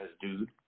dude